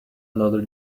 another